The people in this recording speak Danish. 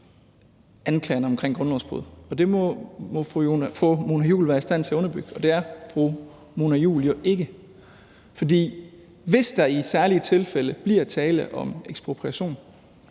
anklagerne omkring grundlovsbrud, og det må fru Mona Juul være i stand til at underbygge, og det er fru Mona Juul jo ikke. For hvis der i særlige tilfælde bliver tale om ekspropriation